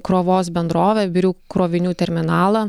krovos bendrovę birių krovinių terminalą